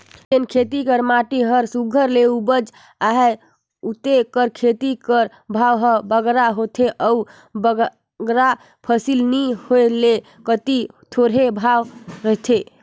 जेन कती कर माटी हर सुग्घर ले उपजउ अहे उते कर खेत कर भाव हर बगरा होथे अउ बगरा फसिल नी होए ते कती थोरहें भाव रहथे